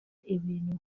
ibintu